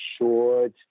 Short